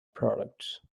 products